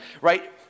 right